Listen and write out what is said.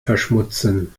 verschmutzen